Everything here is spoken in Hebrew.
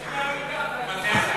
לא לומדים, זו שיחה ארוכה.